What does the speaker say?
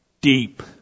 deep